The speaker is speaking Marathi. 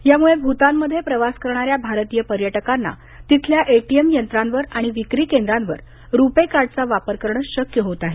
यामुळ भूतानमध्ये प्रवास करणाऱ्या भारतीय पर्यटकांना तिथल्या एटीएम यंत्रांवर आणि विक्री केंद्रांवर रूपे कार्डचा वापर करणं शक्य होत आहे